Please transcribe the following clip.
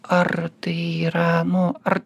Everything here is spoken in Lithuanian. ar tai yra nu ar